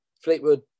Fleetwood